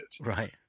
Right